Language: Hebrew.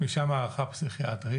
משם הערכה פסיכיאטרית,